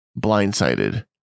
blindsided